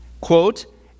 Quote